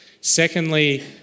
Secondly